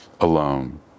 alone